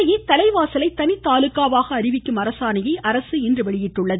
இதனிடையே தலைவாசலை தனி தாலுக்காவாக அறிவிக்கும் அரசாணையை அரசு இன்று வெளியிட்டது